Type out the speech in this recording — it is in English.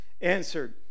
answered